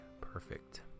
perfect